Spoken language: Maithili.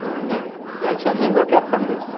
हूँ मैंगो छहो मैंगो कैए रूपयामे दै छहो